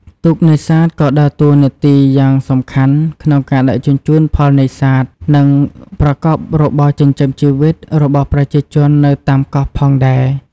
ទូកនេសាទក៏ដើរតួនាទីយ៉ាងសំខាន់ក្នុងការដឹកជញ្ជូនផលនេសាទ និងប្រកបរបរចិញ្ចឹមជីវិតរបស់ប្រជាជននៅតាមកោះផងដែរ។